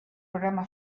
programa